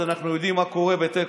אז אנחנו יודעים מה קורה בתיקו.